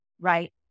right